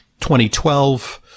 2012